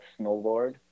Snowboard